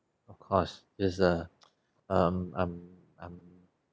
of course is a um um um